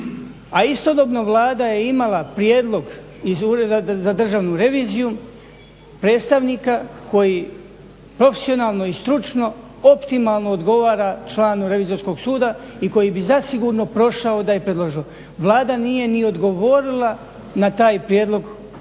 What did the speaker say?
istodobno Vlada je imala prijedlog iz Ureda za državnu reviziju predstavnika koji profesionalno i stručno optimalno odgovara članu Revizorskog suda i koji bi zasigurno prošao da je predložen. Vlada nije ni odgovorila na taj prijedlog Državnom